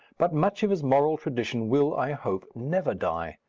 but much of his moral tradition will, i hope, never die.